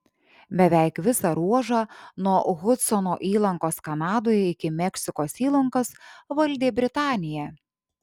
beveik visą ruožą nuo hudsono įlankos kanadoje iki meksikos įlankos valdė britanija